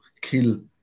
kill